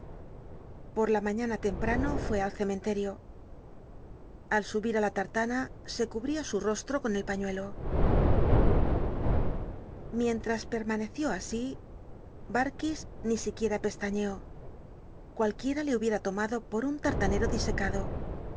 por la mañana temprano fué al cementerio al subir á la tartana se cubría su rostro con el pañuelo liientl'as pel'lnaneció así barkis ni siquiera pcstaiícó cualquiera le hubiera tomado por un tartanero disecado